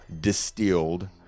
distilled